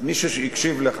שהקשיב לך,